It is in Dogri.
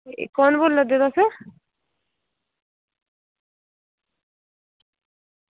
कु'न बोल्ला दे तुस